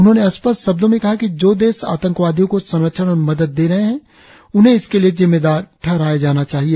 उन्होंने स्पष्ट शब्दों में कहा कि जो देश आतंकवादियों को संरक्षण और मदद दे रहे हैं उन्हें इसके लिए जिम्मेदार ठहराया जाना चाहिए